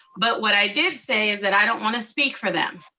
but what i did say, is that i don't wanna speak for them.